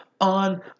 on